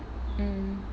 mm